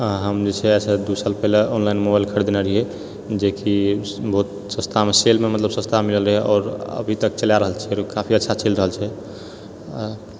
हम जे छै से दू साल पहिने ऑनलाइन मोबइल खरीदने रहिऐ जेकि बहुत सस्तामे सेलमे मतलब सस्तामे मिलल रहए आओर अभी तक चलए रहल छै आओर ओ काफी अच्छा चलि रहल छै